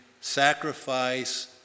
sacrifice